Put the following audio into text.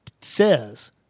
says